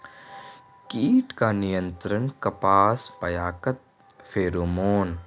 कीट का नियंत्रण कपास पयाकत फेरोमोन?